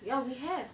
ya we have